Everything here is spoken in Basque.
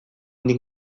nik